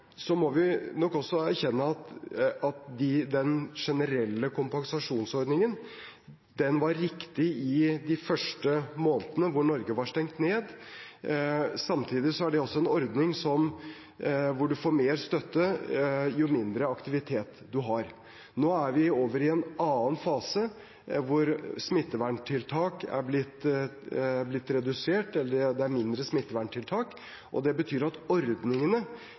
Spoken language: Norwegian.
Så må vi nok erkjenne at den generelle kompensasjonsordningen var riktig i de første månedene, da Norge var stengt ned. Samtidig er det også en ordning der man får mer støtte jo mindre aktivitet man har. Nå er vi over i en annen fase, der smitteverntiltak er blitt redusert eller det er færre smitteverntiltak. Det betyr at ordningene